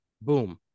boom